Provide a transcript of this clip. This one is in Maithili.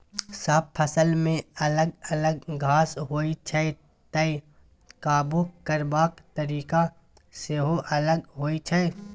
सब फसलमे अलग अलग घास होइ छै तैं काबु करबाक तरीका सेहो अलग होइ छै